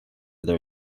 their